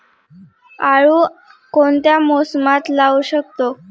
आळू कोणत्या मोसमात लावू शकतो?